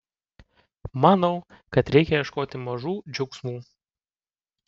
manau kad reikia ieškoti mažų džiaugsmų